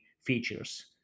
features